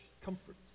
comfort